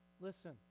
Listen